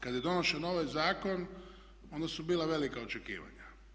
Kad je donošen ovaj zakon onda su bila velika očekivanja.